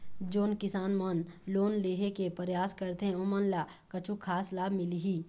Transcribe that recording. जोन किसान मन लोन लेहे के परयास करथें ओमन ला कछु खास लाभ मिलही?